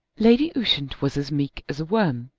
lady ushant was as meek as a worm,